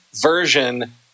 version